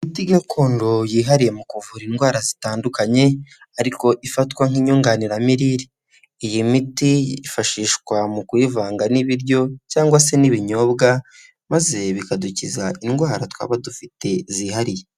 Imiti gakondo yihariye mu kuvura indwara zitandukanye ariko ifatwa nk'inyunganiramirire, iyi miti yifashishwa mu kuyivanga n'ibiryo cyangwa se n'ibinyobwa maze bikadukiza indwara twaba dufite zihariye.